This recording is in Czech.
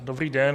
Dobrý den.